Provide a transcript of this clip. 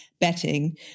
betting